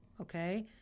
okay